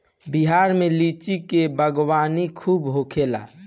बिहार में लीची के बागवानी खूब होखेला